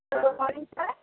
good morning sir